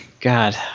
God